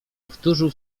powtórzył